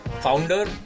founder